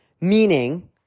meaning